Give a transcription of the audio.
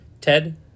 Ted